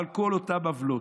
אבל את כל אותן עוולות,